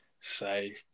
say